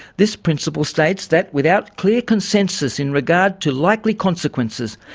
this principle states that, without clear consensus in regard to likely consequences,